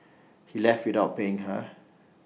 he left without paying her